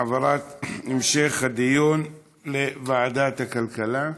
העברת המשך הדיון לוועדת הכלכלה.